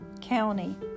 county